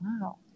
Wow